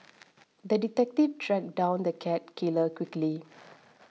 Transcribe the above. the detective tracked down the cat killer quickly